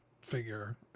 figure